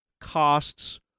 costs